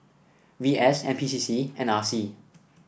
V S N P C C and R C